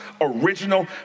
original